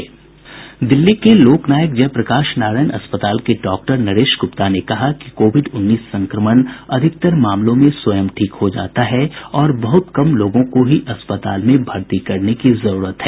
दिल्ली के लोकनायक जय प्रकाश नारायण अस्पताल में डॉक्टर नरेश गुप्ता ने कहा कि कोविड उन्नीस संक्रमण ज्यादातर मामलों में स्वयं ही ठीक हो जाता है और बहुतकम लोगों को ही अस्पताल में भर्ती करने की जरूरत है